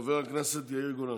חבר הכנסת יאיר גולן.